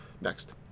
next